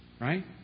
Right